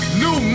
new